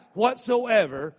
whatsoever